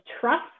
trust